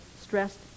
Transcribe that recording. stressed